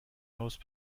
most